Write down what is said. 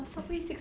is